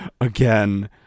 again